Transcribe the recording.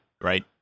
right